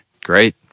Great